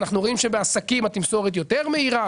אנחנו רואים שבעסקים התמסורת יותר מהירה,